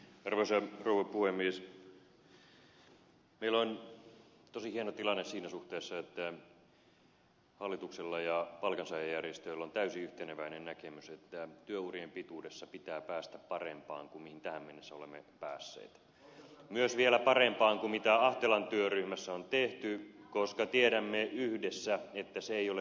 meillä on tosi hieno tilanne siinä suhteessa että hallituksella ja palkansaajajärjestöillä on täysin yhteneväinen näkemys että työurien pituudessa pitää päästä parempaan kuin tähän mennessä olemme päässeet myös vielä parempaan kuin mitä ahtelan työryhmässä on tehty koska tiedämme yhdessä että se ei ole riittävää